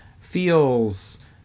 feels